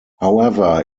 however